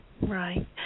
Right